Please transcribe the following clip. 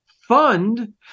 fund